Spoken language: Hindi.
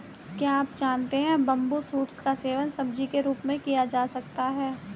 क्या आप जानते है बम्बू शूट्स का सेवन सब्जी के रूप में किया जा सकता है?